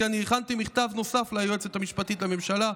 כי אני הכנתי מכתב נוסף ליועצת המשפטית לממשלה,